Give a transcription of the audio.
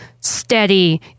steady